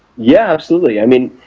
yeah, absolutely, i mean,